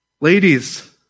Ladies